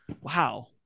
Wow